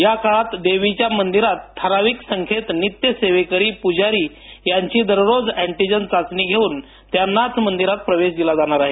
या काळात देवीच्या मंदिरात ठराविक संख्येत नित्य सेवेकरी पुजारी महंत यांची दररोज अॅंटिजेन चाचणी घेऊन त्यांना मंदिरात प्रवेश दिला जाणार आहे